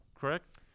correct